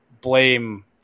blame